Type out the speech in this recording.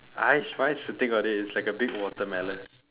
!hais! mine is sitting on it it's like a big watermelon